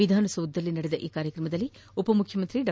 ವಿಧಾನಸೌಧದದಲ್ಲಿ ನಡೆದ ಈ ಕಾರ್ಯಕ್ರಮದಲ್ಲಿ ಉಪಮುಖ್ಯಮಂತ್ರಿ ಡಾ